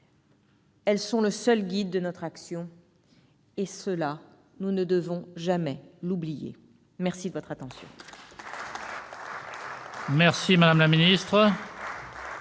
Elles sont le seul guide de notre action et, cela, nous ne devons jamais l'oublier. La parole est